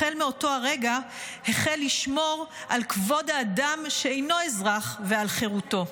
החל מאותו הרגע החל לשמור על כבוד האדם שאינו אזרח ועל חירותו.